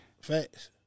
Facts